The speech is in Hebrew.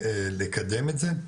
ולקדם את זה,